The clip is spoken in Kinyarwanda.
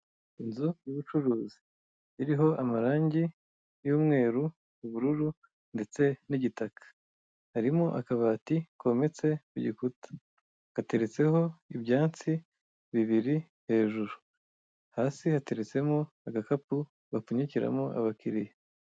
Inzu y'ubucuruzi iriho amarange y'umweru, ubururu ndetse n'igitaka harimo akabati kometse ku gikuta gateretseho ibyansi bibiri hejuru. Hasi hateretsemo agakapu bapfunyikiramo abakiriya.